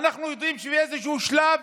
ואנחנו יודעים שבאיזשהו שלב